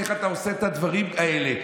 איך אתה עושה את הדברים האלה?